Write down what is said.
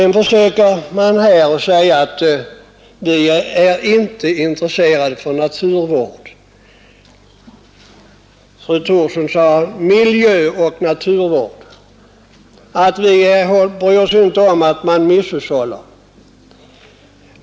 Vidare försöker man här göra gällande att vi inte är intresserade av naturvård — fru Thorsson använde uttrycket miljöoch naturvård — och att vi inte bryr oss om att det förekommer misshushållning.